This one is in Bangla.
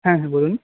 হ্যাঁ হ্যাঁ বলুন